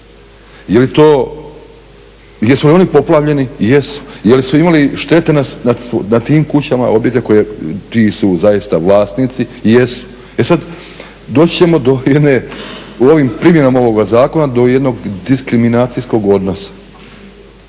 Jesu li oni poplavljeni? Jesu. Jesu imali štete na tim kućama, objekte čiji su zaista vlasnici? Jesu. E sad, doći ćemo do jedne u ovim primjenama ovog zakona do jednog diskriminacijskog odnosa.